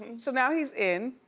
so now he's in,